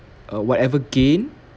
uh whatever gain